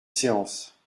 séance